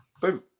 Boom